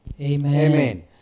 Amen